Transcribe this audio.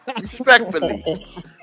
respectfully